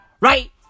Right